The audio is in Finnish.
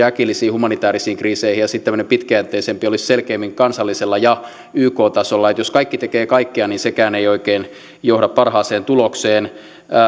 äkillisiin humanitaarisiin kriiseihin ja sitten tämmöinen pitkäjänteisempi olisi selkeämmin kansallisella ja yk tasolla jos kaikki tekevät kaikkea niin sekään ei oikein johda parhaaseen tulokseen